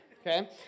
okay